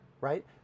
Right